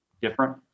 different